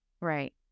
Right